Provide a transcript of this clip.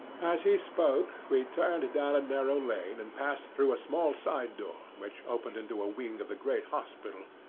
as he spoke, we turned down a narrow lane and passed through a small side-door, which opened into a wing of the great hospital.